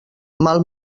mal